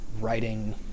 writing